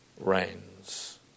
reigns